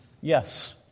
Yes